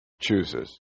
chooses